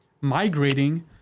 migrating